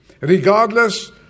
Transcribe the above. Regardless